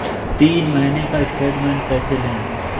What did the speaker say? तीन महीने का स्टेटमेंट कैसे लें?